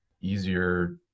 easier